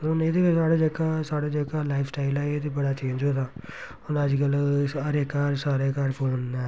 हून एह्दे बिच्च साढ़ा जेह्का साढ़ा जेह्का लाइफ स्टाइल ऐ एह् ते बड़ा चेंज होए दा हून अज्जकल हर इक घर सारें घर फोन न